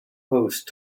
post